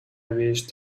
wished